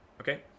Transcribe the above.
Okay